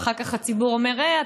ואחר כך הציבור אומר: היי,